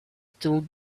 still